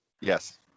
Yes